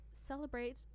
celebrate